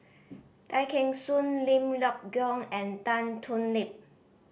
Tay Kheng Soon Lim Leong Geok and Tan Thoon Lip